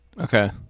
Okay